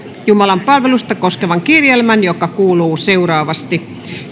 jumalanpalvelusta koskevan kirjelmän joka kuuluu seuraavasti